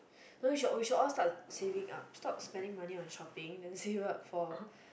no we should should all start saving up stop spending money on shopping then save it up for